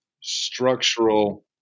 structural